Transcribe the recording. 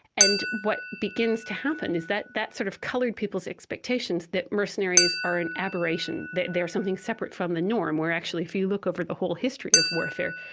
and what begins to happen is that that sort of coloured people's expectations that mercenaries are an aberration, they are something separate from the norm, where actually if you look over the whole history of warfare,